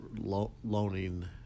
loaning